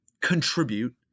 contribute